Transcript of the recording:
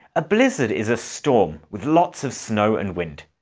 a blizzard is a storm with lots of snow and wind.